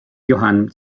johann